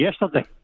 yesterday